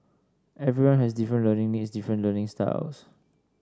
everyone has different learning needs different learning styles